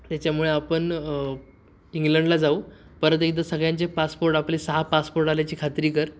त्याच्यामुळे आपण इंग्लंडला जाऊ परत एकदा सगळ्यांचे पासपोर्ट आपले सहा पासपोर्ट आल्याची खात्री कर